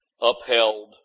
upheld